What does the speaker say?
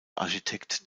architekt